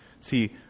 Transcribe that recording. See